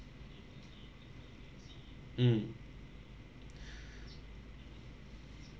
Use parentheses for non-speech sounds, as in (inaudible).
mm (breath)